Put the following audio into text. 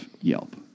Yelp